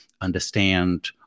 understand